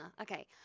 okay